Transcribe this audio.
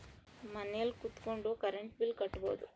ಮನೆಲ್ ಕುತ್ಕೊಂಡ್ current bill ಕಟ್ಬೊಡು